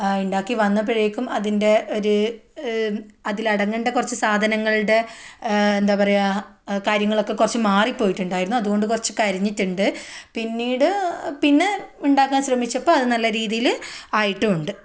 ഉണ്ടാക്കി വന്നപ്പോഴേക്കും അതിൻ്റെ ഒരു അതിലടങ്ങെണ്ട കുറച്ച് സാധനങ്ങൾടെ എന്താണ് പറയാ കാര്യങ്ങളൊക്കെ കുറച്ച് മാറിപ്പോയിട്ടുണ്ടായിരുന്നു അതുകൊണ്ട് കുറച്ച് കരിഞ്ഞിട്ടുണ്ട് പിന്നീട് പിന്നെ ഉണ്ടാക്കാൻ ശ്രമിച്ചപ്പം അത് നല്ല രീതിയിൽ ആയിട്ടുമുണ്ട്